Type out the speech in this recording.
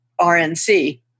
RNC